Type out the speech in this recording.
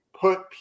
put